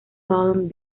palm